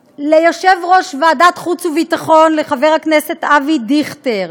ליושב-ראש ועדת חוץ וביטחון חבר הכנסת אבי דיכטר,